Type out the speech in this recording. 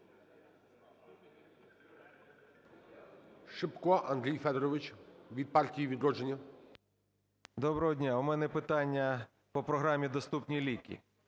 Доброго дня. У мене питання по програмі "Доступні ліки".